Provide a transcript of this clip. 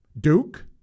Duke